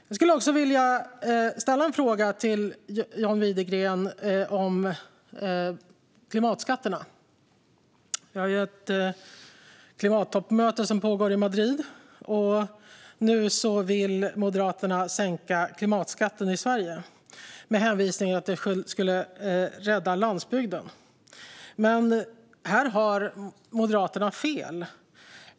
Jag skulle vilja ställa en fråga till John Widegren om klimatskatterna. Det pågår ett klimattoppmöte i Madrid, och nu vill Moderaterna sänka klimatskatten i Sverige med hänvisning till att det skulle rädda landsbygden. Men här har Moderaterna fel.